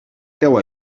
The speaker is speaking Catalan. teua